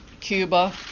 Cuba